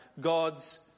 God's